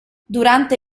durante